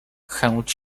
chęć